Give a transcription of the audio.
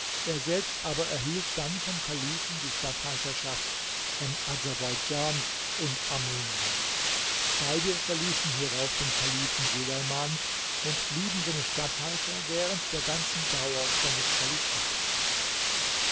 er selbst aber erhielt dann vom kalifen die statthalterschaft von adserbeidjan und armenien beide verließen hierauf den kalifen suleiman und blieben seine statthalter während der ganzen dauer seines kalifats